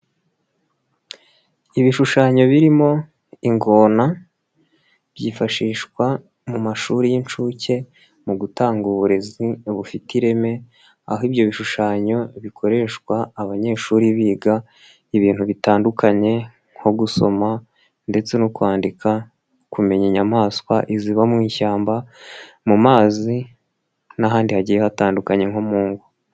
Ibishushanyo birimo ingona byifashishwa mu mashuri y'ishuke mu gutanga uburezi bufite ireme, aho ibyo bishushanyo bikoreshwa abanyeshuri biga ibintu bitandukanye nko gusoma ndetse no kwandika, kumenya inyamaswa iziba mu ishyamba mu mazi n'ahandi hagiye hatandukanye nko mu ngo.